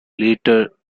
later